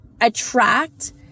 attract